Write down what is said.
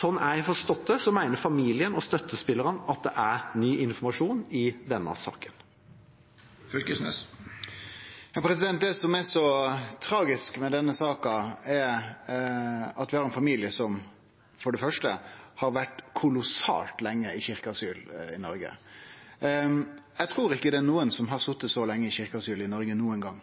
Sånn jeg har forstått det, mener familien og støttespillerne at det er ny informasjon i denne saken. Det som er så tragisk med denne saka, er at vi her har ein familie som for det første har vore kolossalt lenge i kyrkjeasyl i Noreg. Eg trur ikkje det er nokon som har sete så lenge i kyrkjeasyl i Noreg nokon gong,